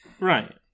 Right